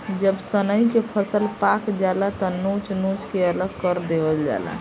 जब सनइ के फसल पाक जाला त नोच नोच के अलग कर देवल जाला